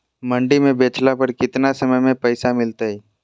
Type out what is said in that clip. मंडी में बेचला पर कितना समय में पैसा मिलतैय?